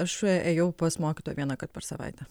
aš ėjau pas mokytoją vienąkart per savaitę